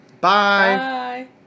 bye